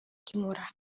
kimura